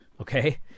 Okay